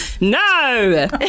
no